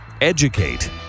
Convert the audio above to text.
Educate